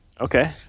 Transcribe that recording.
Okay